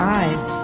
eyes